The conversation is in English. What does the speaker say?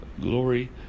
glory